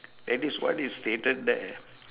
that is what is stated there